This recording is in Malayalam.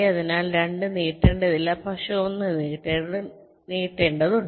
അതിനാൽ 2 നീട്ടേണ്ടതില്ല പക്ഷേ 1 നീട്ടേണ്ടതുണ്ട്